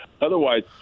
otherwise